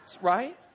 Right